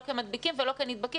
לא כמדביקים ולא כנדבקים.